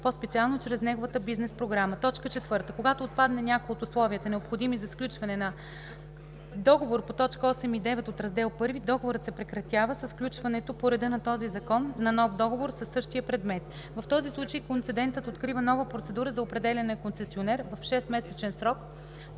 по-специално чрез неговата бизнес програма. 4. Когато отпадне някое от условията, необходими за сключване на договор по т. 8 и 9 от Раздел I, договорът се прекратява със сключването по реда на този Закон на нов договор със същия предмет. В този случай концедентът открива нова процедура за определяне на концесионер в 6-месечен срок